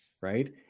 right